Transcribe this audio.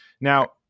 Now